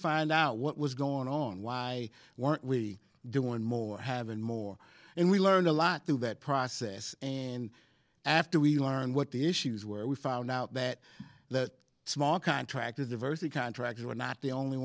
find out what was going on why weren't we do one more having more and we learned a lot through that process and after we learned what the issues where we found out that that small contractors diversity contractors were not the only